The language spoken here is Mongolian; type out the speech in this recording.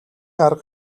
арга